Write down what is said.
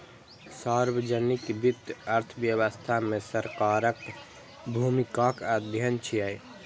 सार्वजनिक वित्त अर्थव्यवस्था मे सरकारक भूमिकाक अध्ययन छियै